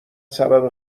سبب